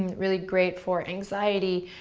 really great for anxiety,